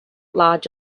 large